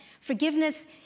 Forgiveness